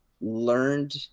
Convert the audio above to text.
learned